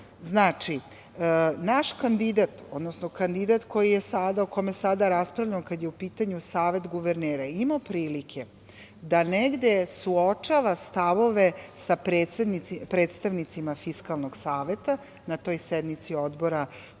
naš kandidat, odnosno kandidat o kome sada raspravljamo kada je u pitanju Savet guvernera, je imao prilike da negde suočava stavove sa predstavnicima Fiskalnog saveta, na toj sednici Odbora